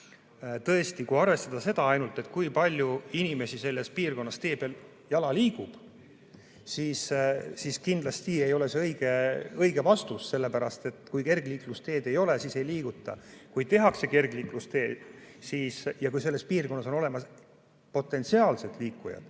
Tõesti, kui arvestada ainult seda, kui palju inimesi selles piirkonnas tee peal jala liigub, siis kindlasti ei jõuta õige vastuseni, sellepärast et kui kergliiklusteed ei ole, siis seal ka ei liiguta. Kui tehakse kergliiklustee ja kui selles piirkonnas on olemas potentsiaalsed liikujad,